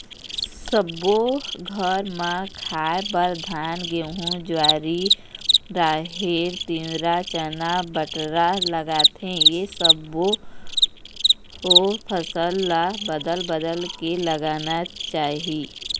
सब्बो घर म खाए बर धान, गहूँ, जोंधरी, राहेर, तिंवरा, चना, बटरा लागथे ए सब्बो फसल ल बदल बदल के लगाना चाही